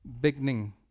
beginning